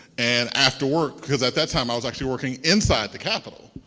and after work because at that time i was actually working inside the capital.